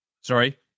Sorry